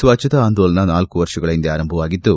ಸ್ವಭ್ಗತಾ ಆಂದೋಲನ ನಾಲ್ತು ವರ್ಷಗಳ ಹಿಂದೆ ಆರಂಭವಾಗಿದ್ದು